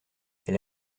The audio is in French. elle